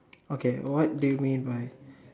okay what do you mean by